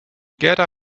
gerda